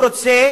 הוא רוצה